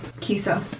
Kisa